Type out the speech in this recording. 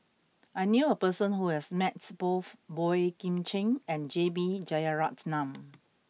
I knew a person who has met both Boey Kim Cheng and J B Jeyaretnam